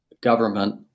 government